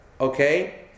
okay